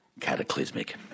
cataclysmic